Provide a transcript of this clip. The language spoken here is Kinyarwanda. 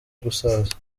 gusaza